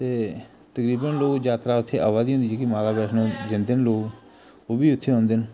ते तकरीबन लोक यात्रा उत्थै आवा दी हुंदी जेह्की माता वैश्णों जंदे न लोक उब्बी उत्थै औंदे न